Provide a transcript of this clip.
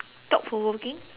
thought provoking